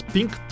Pink